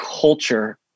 culture